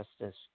justice